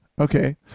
Okay